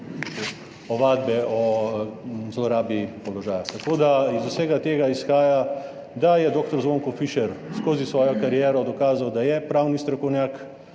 ovadbe o zlorabi položaja, tako da iz vsega tega izhaja, da je dr. Zvonko Fišer skozi svojo kariero dokazal, da je pravni strokovnjak